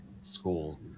school